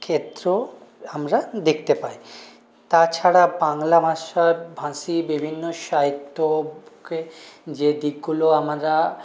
ক্ষেত্র আমরা দেখতে পাই তা ছাড়া বাংলা ভাষাভাষি বিভিন্ন সাহিত্যকে যে দিকগুলো আমরা